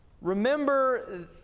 remember